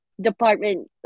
department